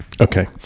Okay